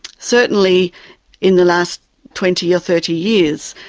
certainly in the last twenty or thirty years,